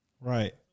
Right